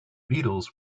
beatles